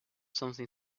something